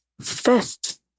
first